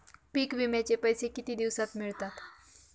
पीक विम्याचे पैसे किती दिवसात मिळतात?